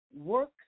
work